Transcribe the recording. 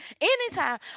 anytime